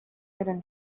hidden